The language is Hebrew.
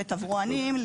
לתברואנים,